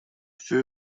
всё